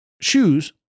shoes